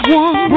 one